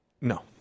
No